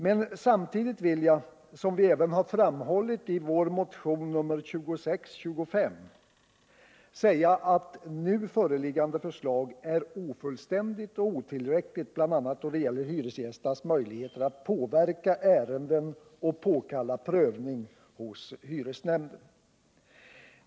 Men samtidigt vill jag, som vi även framhållit i vår motion nr 2625, säga att nu föreliggande förslag är ofullständigt och otillräckligt, bl.a. då det gäller hyresgästernas möjligheter att påverka ärenden och påkalla prövning hos hyresnämnden.